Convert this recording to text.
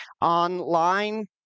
online